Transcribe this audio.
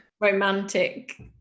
romantic